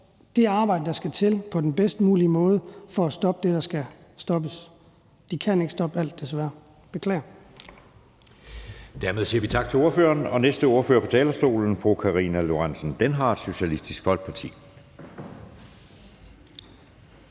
det arbejde, der skal til, på den bedst mulige måde for at stoppe det, der skal stoppes. Men de kan desværre ikke stoppe alt, jeg beklager.